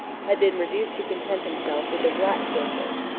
had been reduced to content himself with a black courser.